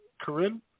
Corinne